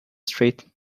street